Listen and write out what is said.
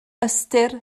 ystyr